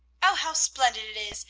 oh, how splendid it is,